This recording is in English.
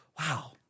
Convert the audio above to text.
wow